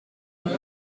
een